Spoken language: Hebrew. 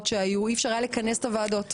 שהיו אי אפשר היה לכנס את הוועדות.